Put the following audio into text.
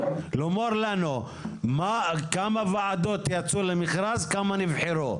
לומר לנו כמה ועדות יצאו למכרז וכמה נבחרו,